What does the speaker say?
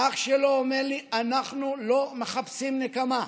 ואח שלו אומר לי: אנחנו לא מחפשים נקמה.